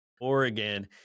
Oregon